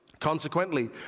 Consequently